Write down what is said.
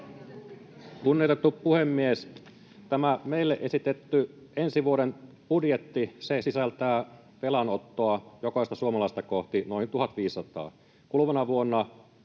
Kunnioitettu puhemies! Tämä meille esitetty ensi vuoden budjetti sisältää velanottoa jokaista suomalaista kohti noin 1 500, kuluvana vuonna